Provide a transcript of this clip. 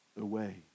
away